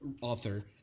author